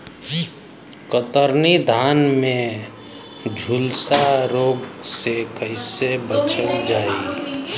कतरनी धान में झुलसा रोग से कइसे बचल जाई?